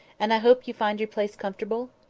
and i hope you find your place comfortable?